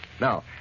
Now